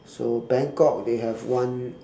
so bangkok they have one